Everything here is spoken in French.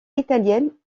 italienne